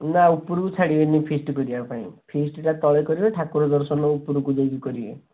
ନା ଉପରକୁ ଛାଡ଼ିବେନି ଫିଷ୍ଟ୍ କରିବା ପାଇଁ ଫିଷ୍ଟ୍ଟା ତଳେ କରିବେ ଠାକୁର ଦର୍ଶନ ଉପରକୁ ଯାଇକି କରିବେ